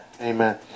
Amen